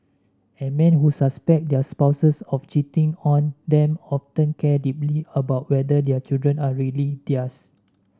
and men who suspect their spouses of cheating on them often care deeply about whether their children are really theirs